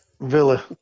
Villa